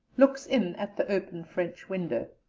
looks in at the open french window.